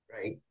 right